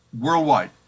worldwide